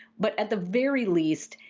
but, at the very least,